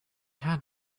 had